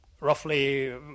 roughly